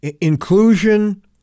inclusion